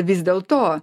vis dėlto